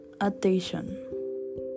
attention